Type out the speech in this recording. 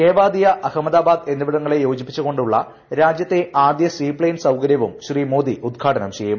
കേവാദിയാ അഹമ്മദാബാദ് എന്നിവിടങ്ങളെ യോജിപ്പിച്ചു കൊണ്ടുള്ള രാജ്യത്തെ ആദ്യ സീപ്പെയിൻ സൌകര്യവും ശ്രീ മോദി ഉദ്ഘാടനം ചെയ്യും